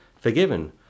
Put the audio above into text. forgiven